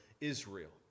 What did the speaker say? Israel